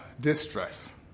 Distress